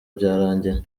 byarangiye